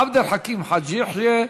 עבד אל חכים חאג' יחיא,